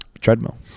Treadmill